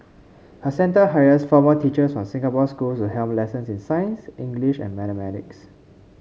her centre hires former teachers from Singapore schools helm lessons in science English and mathematics